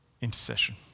intercession